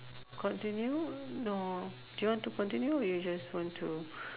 continue no do you want to continue or you just want to